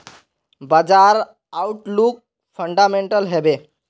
बाजार outlook fundamental हैवै?